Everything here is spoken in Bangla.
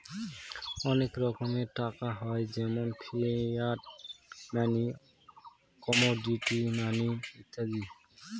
অনেক রকমের টাকা হয় যেমন ফিয়াট মানি, কমোডিটি মানি ইত্যাদি